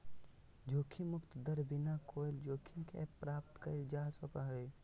जोखिम मुक्त दर बिना कोय जोखिम के प्राप्त कइल जा सको हइ